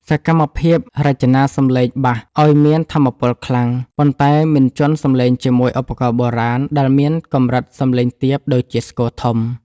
សកម្មភាពរចនាសំឡេងបាស ឱ្យមានថាមពលខ្លាំង ប៉ុន្តែមិនជាន់សំឡេងជាមួយឧបករណ៍បុរាណដែលមានកម្រិតសំឡេងទាបដូចជាស្គរធំ។